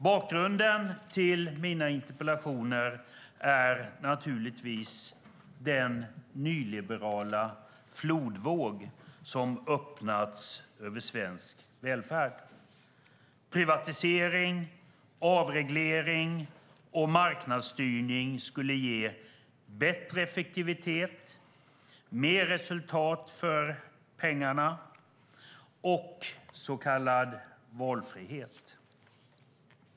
Bakgrunden till mina interpellationer är naturligtvis den nyliberala flodvåg som svept över svensk välfärd. Privatisering, avreglering och marknadsstyrning skulle ge högre effektivitet, mer resultat för pengarna och så kallad valfrihet.